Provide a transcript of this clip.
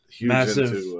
massive